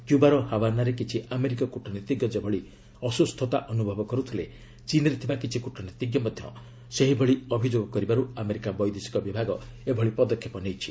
କ୍ୟୁବାର ହାଭାନ୍ନାରେ କିଛି ଆମେରିକୀୟ କ୍ରଟନୀତିଜ୍ଞ ଯେଭଳି ଅସ୍କ୍ରସ୍ଥତା ଅନୁଭବ କରୁଥିଲେ ଚୀନ୍ରେ ଥିବା କିଛି କ୍ରଟନୀତିଜ୍ଞ ମଧ୍ୟ ସେହିଭଳି ଅଭିଯୋଗ କରିବାର୍ ଆମେରିକା ବୈଦେଶିକ ବିଭାଗ ଏଭଳି ପଦକ୍ଷେପ ନେଇଛି